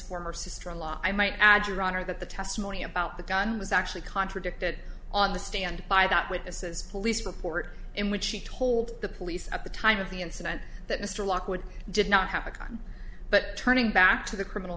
former sister in law i might add your honor that the testimony about the gun was actually contradicted on the stand by that witness's police report in which he told the police at the time of the incident that mr lockwood did not have a gun but turning back to the criminal